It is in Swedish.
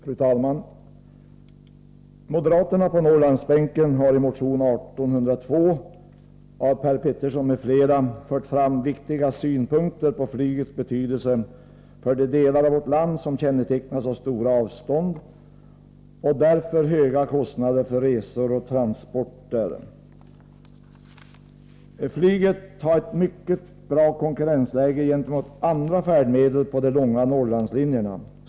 Fru talman! Moderaterna på Norrlandsbänken har i motion 1802 av Per Petersson m.fl. fört fram viktiga synpunkter på flygets betydelse för de delar av vårt land som kännetecknas av stora avstånd och därför höga kostnader för resor och transporter. I motionen framhåller vi: ”Flyget har ett mycket bra konkurrensläge gentemot andra färdmedel på de långa Norrlandslinjerna.